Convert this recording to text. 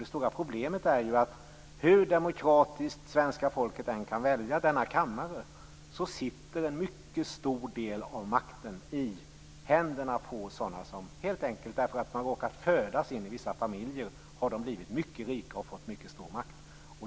Det stora problemet är ju att hur demokratiskt som svenska folket än kan välja till denna kammare, så ligger en mycket stor del av makten i händerna på sådana som helt enkelt har råkat födas in i vissa familjer och därför blivit mycket rika och fått mycket stor makt.